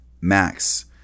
Max